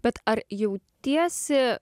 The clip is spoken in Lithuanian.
bet ar jautiesi